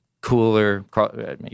cooler